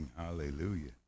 hallelujah